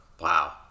Wow